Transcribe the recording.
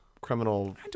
criminal